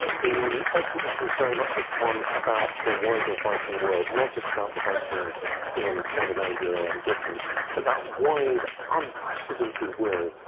the exhibition is very much one about the wider viking world not just about the vikings in scandinavia or in britain but that wide unprecedented world,